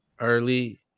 early